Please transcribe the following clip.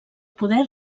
poder